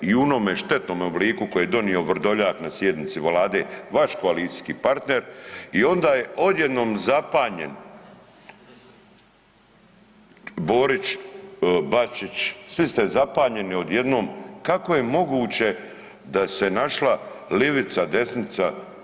I u onome štetnom obliku koji je donio Vrdoljak na sjednici Vlade, vaš koalicijski partner i onda je odjednom zapanjen Borić, Bačić svi ste zapanjeni odjednom kako je moguće da se našla livica, desnica.